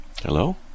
Hello